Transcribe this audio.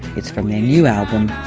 it's from their new album,